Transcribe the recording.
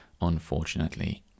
unfortunately